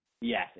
Yes